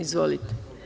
Izvolite.